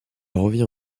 revient